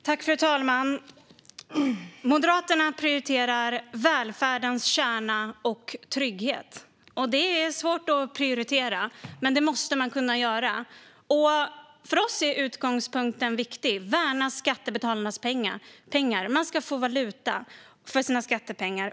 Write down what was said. Fru talman! Moderaterna prioriterar välfärdens kärna och trygghet. Det är svårt att prioritera, men det måste man kunna göra. För oss är utgångspunkten att värna skattebetalarnas pengar viktig. Man ska få valuta för sina skattepengar.